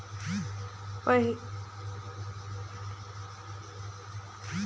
पहिले जमीन के भीतरी में अस्सी, सौ फीट के गहराई में पानी मिलत रिहिस